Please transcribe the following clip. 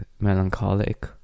melancholic